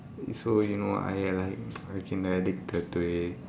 so you know I like getting addicted to it